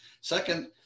Second